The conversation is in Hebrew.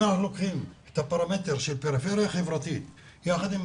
אם לוקחים את הפרמטר של פריפריה חברתית יחד עם